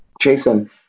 Jason